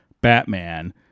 Batman